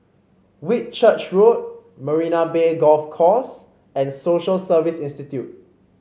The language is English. Whitchurch Road Marina Bay Golf Course and Social Service Institute